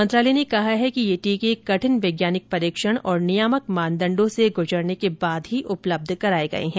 मंत्रालय ने कहा है ये टीके कठिन वैज्ञानिक परीक्षण और नियामक मानदण्डों से गुजरने के बाद ही उपलब्ध कराए गए हैं